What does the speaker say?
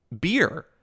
beer